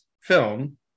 film